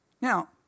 Now